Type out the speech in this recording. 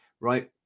right